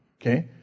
Okay